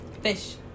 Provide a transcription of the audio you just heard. fish